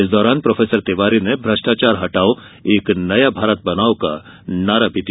इस दौरान प्रोफेसर तिवारी ने भ्रष्टाचार हटाओ एक नया भारत बनाओं का नारा भी दिया